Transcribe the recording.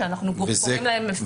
ואנחנו קוראים להם "מפירים סדרתיים".